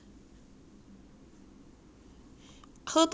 喝多几次就 okay 了是这样的